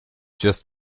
just